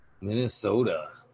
Minnesota